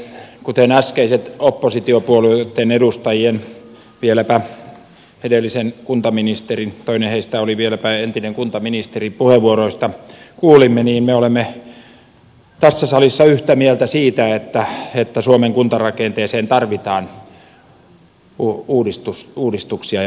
kuten äskeisistä oppositiopuolueitten edustajien toinen heistä oli vieläpä entinen kuntaministeri puheenvuoroista kuulimme niin me olemme tässä salissa yhtä mieltä siitä että suomen kuntarakenteeseen tarvitaan uudistuksia ja muutoksia